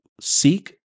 seek